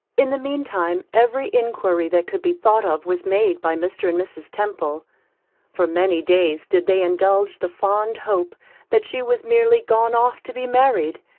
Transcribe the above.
in the mean time every enquiry that could be thought of was made by mr. and mrs. temple for many days did they indulge the fond hope that she was merely gone off to be married,